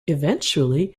eventually